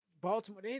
Baltimore